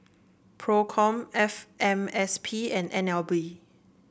Procom F M S P and N L B